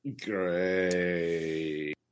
Great